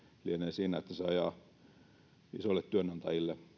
siinä että se ajaa isoille työnantajille